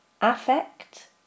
affect